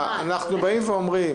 אנחנו באים ואומרים